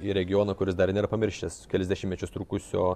į regioną kuris dar nėra pamiršęs kelis dešimtmečius trukusio